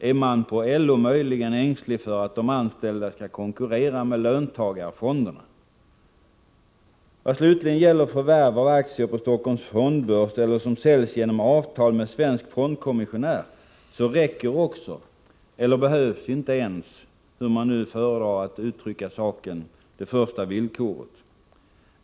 Är man på LO möjligen ängslig för att de anställda skall konkurrera med löntagarfonderna? Slutligen: Vad gäller förvärv av aktier på Stockholms fondbörs eller aktier som säljs genom avtal med svensk fondkommissionär räcker det med, eller behövs inte ens— hur man nu föredrar att uttrycka saken — det första villkoret.